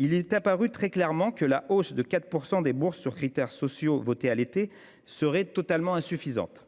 il est apparu très clairement que la hausse de 4 % des bourses sur critères sociaux, votée à l'été, serait totalement insuffisante.